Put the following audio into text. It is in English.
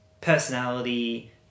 personality